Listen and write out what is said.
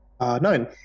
Nine